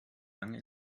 lange